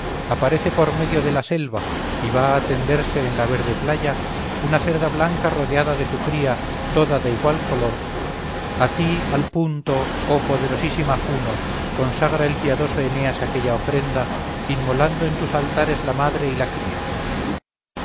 aparece por medio de la selva y va a tenderse en la verde playa una cerda blanca rodeada de su cría toda de igual color a ti al punto oh poderosísima juno consagra el piadoso eneas aquella ofrenda inmolando en tus altares la madre y la cría